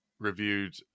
Reviewed